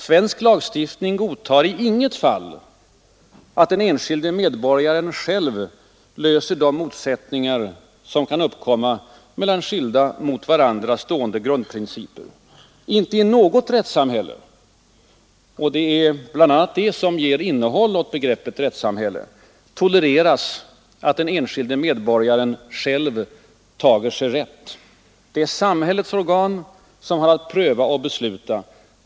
Svensk lagstiftning godtager i intet fall att den enskilde medborgaren själv löser de motsättningar som kan uppkomma mellan skilda, mot varandra stående grundprinciper. Inte i något rättssamhälle — och det är bl.a. detta som ger innehåll åt begreppet rättssamhälle — tolereras att den enskilde medborgaren själv tager sig rätt. Det är samhällets organ som har att pröva och besluta.